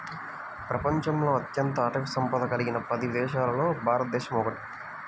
ప్రపంచంలో అత్యంత అటవీ సంపద కలిగిన పది దేశాలలో భారతదేశం ఒకటి